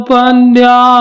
Pandya